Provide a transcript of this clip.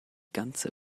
ganze